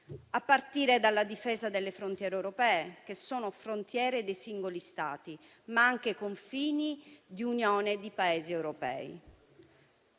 a partire dalla difesa delle frontiere europee, che sono frontiere di singoli Stati, ma anche i confini di un'Unione di Paesi europei.